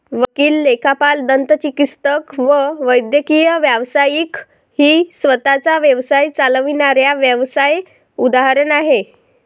वकील, लेखापाल, दंतचिकित्सक व वैद्यकीय व्यावसायिक ही स्वतः चा व्यवसाय चालविणाऱ्या व्यावसाय उदाहरण आहे